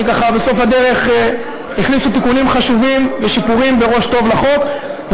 שבסוף הדרך הכניסו תיקונים חשובים ושיפורים בראש טוב לחוק.